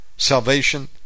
Salvation